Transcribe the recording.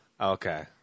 Okay